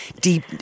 deep